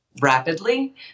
rapidly